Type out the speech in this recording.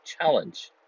challenge